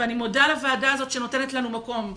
ואני מודה לוועדה הזאת שנותנת לנו מקום ובית.